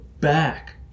back